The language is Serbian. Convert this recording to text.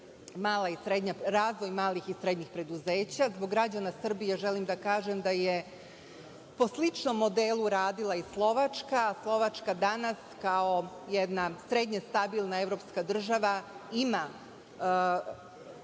razvoj malih i srednjih preduzeća. Zbog građana Srbije želim da kažem da je po sličnom modelu radila i Slovačka. Slovačka danas kao jedna srednje stabilna evropska država ima